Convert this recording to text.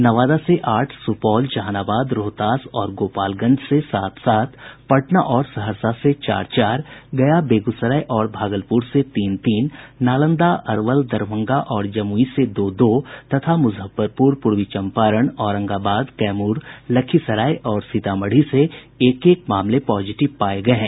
नवादा से आठ सुपौल जहानाबाद रोहतास और गोपालगंज से सात सात पटना और सहरसा से चार चार गया बेगूसराय और भागलपुर से तीन तीन नालंदा अरवल दरभंगा जमुई से दो दो तथा मुजफ्फरपुर पूर्वी चंपारण औरंगाबाद कैमूर लखीसराय और सीतामढ़ी से एक एक मामले पॉजिटिव पाये गये हैं